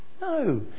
No